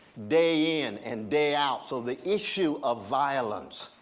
day in and day out. so, the issue of violence,